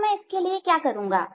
अब मैं इसके लिए क्या करूंगा